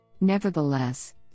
Nevertheless